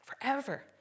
Forever